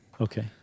Okay